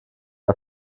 der